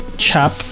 chap